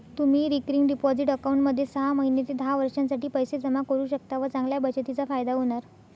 तुम्ही recurring deposit अकाउंटमध्ये सहा महिने ते दहा वर्षांसाठी पैसे जमा करू शकता व चांगल्या बचतीचा फायदा होणार